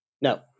No